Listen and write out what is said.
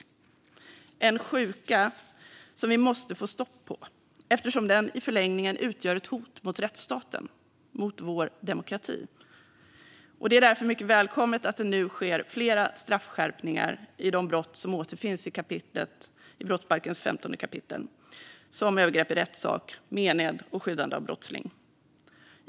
Det är en sjuka som vi måste få stopp på eftersom den i förlängningen utgör ett hot mot rättsstaten och mot vår demokrati. Det är därför mycket välkommet att det nu sker flera straffskärpningar i de brott som återfinns i 15 kap. brottsbalken, som övergrepp i rättssak, mened och skyddande av brottsling.